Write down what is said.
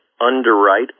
underwrite